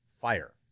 fire